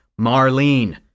Marlene